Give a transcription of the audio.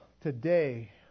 today